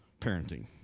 parenting